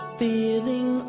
feeling